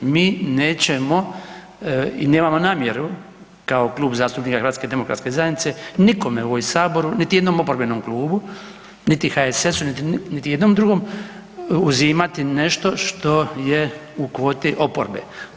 Mi nećemo i nemamo namjeru kao Klub zastupnika HDZ-a nikome u ovom Saboru niti jednom oporbenom klubu niti HSS-u niti jednom drugom uzimati nešto što je u kvoti oporbe.